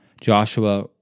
Joshua